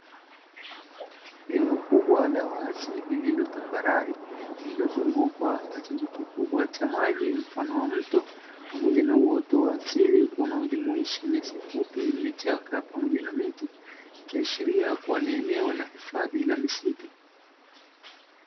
Eneo kubwa la wazi lililo tambarare, lililozungukwa na chanzo kikubwa cha maji mfano wa mto, pamoja na uoto wa asili unaojumuisha nyasi fupi, vichaka pamoja na miti. Ikiashiria kuwa ni eneo la hifadhi la misitu.